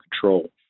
control